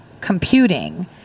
computing